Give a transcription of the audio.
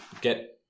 Get